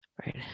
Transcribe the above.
right